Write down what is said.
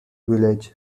village